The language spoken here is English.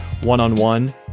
one-on-one